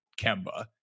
Kemba